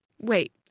Wait